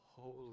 Holy